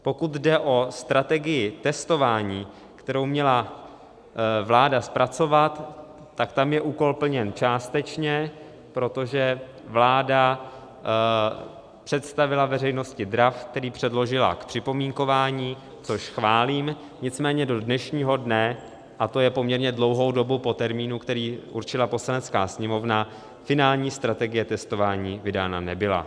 Pokud jde o strategii testování, kterou měla vláda zpracovat, tak tam je úkol plněn částečně, protože vláda představila veřejnosti draft, který předložila k připomínkování, což chválím, nicméně do dnešního dne, a to je poměrně dlouhou dobu po termínu, který určila Poslanecká sněmovna, finální strategie testování vydána nebyla.